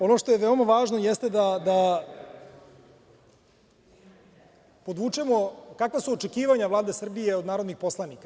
Ono što je veoma važno jeste da podvučemo kakva su očekivanja Vlade Srbije od narodnih poslanika.